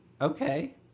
Okay